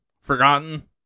forgotten